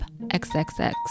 xxx